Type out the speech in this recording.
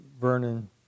Vernon